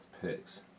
picks